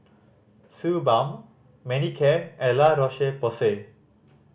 Suu Balm Manicare and La Roche Porsay